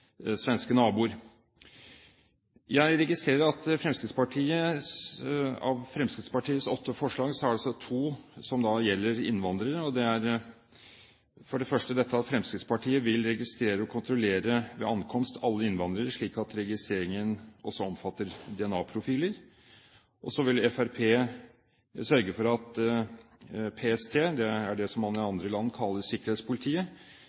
Fremskrittspartiets åtte forslag er det to som gjelder innvandrere. Det er for det første dette at Fremskrittspartiet vil registrere og kontrollere alle innvandrere ved ankomst, slik at registreringen også omfatter DNA-profiler. Så vil Fremskrittspartiet sørge for at PST – det er det som man i andre land kaller sikkerhetspolitiet